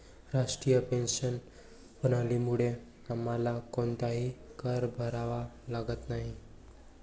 राष्ट्रीय पेन्शन प्रणालीमुळे आम्हाला कोणताही कर भरावा लागत नाही